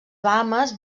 bahames